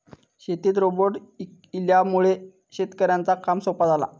शेतीत रोबोट इल्यामुळे शेतकऱ्यांचा काम सोप्या झाला